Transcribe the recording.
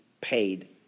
paid